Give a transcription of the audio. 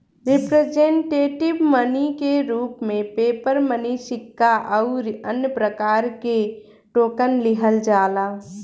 representative money के रूप में पेपर मनी सिक्का अउरी अन्य प्रकार के टोकन लिहल जाला